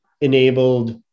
enabled